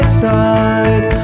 side